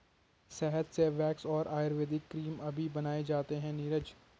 शहद से वैक्स और आयुर्वेदिक क्रीम अभी बनाए जाते हैं नीरज